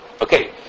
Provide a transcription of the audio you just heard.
okay